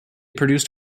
produced